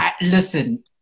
listen